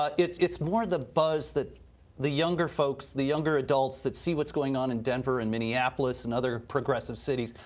ah it's it's more the buzz that the younger folks, the younger adults that see what's going on in denver and minneapolis and other progressive cities,